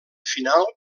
final